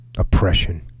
oppression